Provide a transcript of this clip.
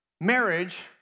marriage